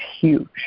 huge